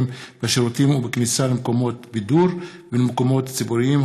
בשירותים ובכניסה למקומות בידור ולמקומות ציבוריים,